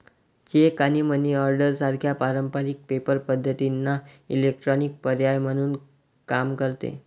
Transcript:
check आणि money order सारख्या पारंपारिक पेपर पद्धतींना इलेक्ट्रॉनिक पर्याय म्हणून काम करते